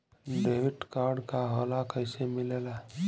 Debit card का होला कैसे मिलेला?